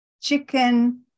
chicken